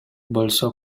болсо